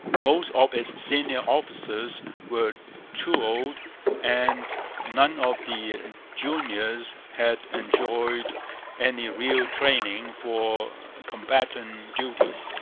most of its senior officers were too old and none of the juniors had enjoyed any real training for combatant duties.